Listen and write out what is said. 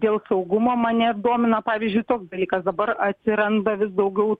dėl saugumo mane domina pavyzdžiui toks dalykas dabar atsiranda vis daugiau